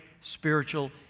spiritual